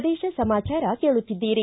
ಪ್ರದೇಶ ಸಮಾಚಾರ ಕೇಳುತ್ತಿದ್ದೀರಿ